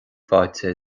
fáilte